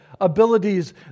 Abilities